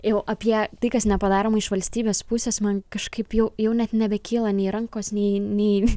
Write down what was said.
jau apie tai kas nepadaroma iš valstybės pusės man kažkaip jau jau net nebekyla nei rankos nei nei